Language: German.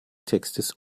textes